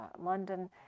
London